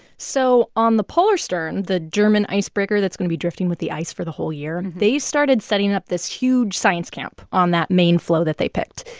so on the polarstern, the german icebreaker that's going to be drifting with the ice for the whole year, they started setting up this huge science camp on that main floe that they picked.